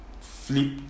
flip